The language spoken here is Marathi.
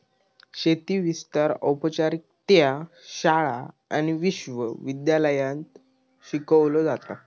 शेती विस्तार औपचारिकरित्या शाळा आणि विश्व विद्यालयांत शिकवलो जाता